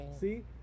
See